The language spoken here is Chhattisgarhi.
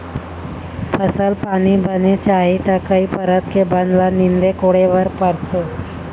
फसल पानी बने चाही त कई परत के बन ल नींदे कोड़े बर परथे